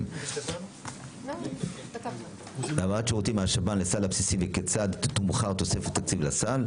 שירותים מהשב"ן לסל הבסיסי וכיצד תתומחר תוספת תקציב לסל.